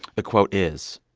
the quote is,